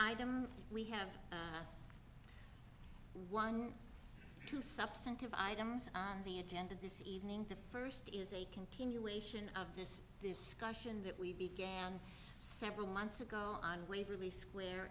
don't we have one two substantive items on the agenda this evening the first is a continuation of this discussion that we began several months ago on waverly square